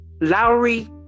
Lowry